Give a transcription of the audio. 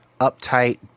uptight